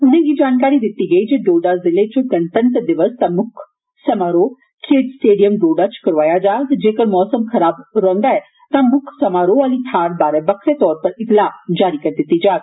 उनें'गी जानकारी दित्ती गेई जे डोडा जिले च गणतंत्र दिवस दा मुक्ख समारोह खेड्ढ स्टेडियम डोडा च गै करोआया जाग ते जेगर मौसम खराब रौंहदा ऐ तां मुक्ख समारोह आहली थाहर बारै बक्खरे तौर पर इत्तलाह् जारी कीती जाग